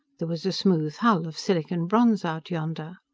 there was a smooth hull of silicon bronze out yonder.